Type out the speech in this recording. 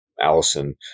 Allison